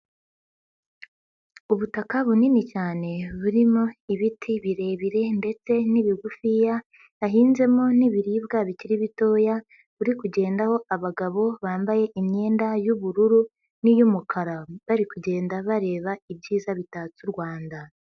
Ubutaka bunini cyane burimo ibiti birebire ndetse n'ibigufiya, hahinzemo n'ibiribwa bikiri bitoya, buri kugendaho abagabo bambaye imyenda y'ubururu n'iy'umukara, bari kugenda bareba ibyiza bitatse u Rwanda.